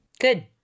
Good